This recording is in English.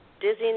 dizziness